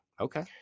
Okay